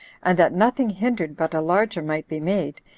and that nothing hindered but a larger might be made,